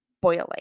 boiling